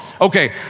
Okay